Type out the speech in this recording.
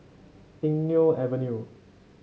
Eng Neo Avenue